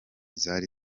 zari